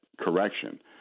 correction